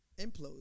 implode